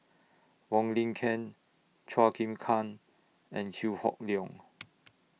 Wong Lin Ken Chua Chim Kang and Chew Hock Leong